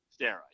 steroids